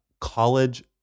college